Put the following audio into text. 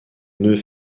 nœud